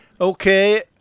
Okay